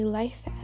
life